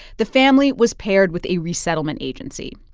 the family was paired with a resettlement agency.